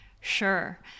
Sure